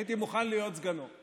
הייתי מוכן להיות סגנו,